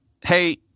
hey